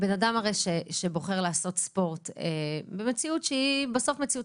הרי בן-אדם שבוחר לעשות ספורט במציאות שבסוף היא מציאות